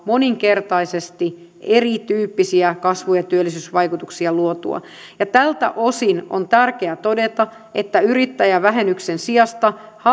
moninkertaisesti erityyppisiä kasvu ja työllisyysvaikutuksia luotua tältä osin on tärkeä todeta että yrittäjävähennyksen sijasta haluaisimme